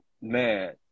Man